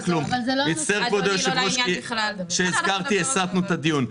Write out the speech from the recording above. לזימי, שהזכרתי את שמך.